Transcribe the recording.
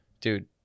Dude